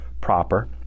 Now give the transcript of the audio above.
proper